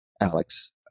Alex